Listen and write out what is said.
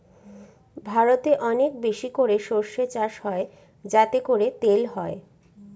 ভারতে অনেক বেশি করে সর্ষে চাষ হয় যাতে করে তেল হয়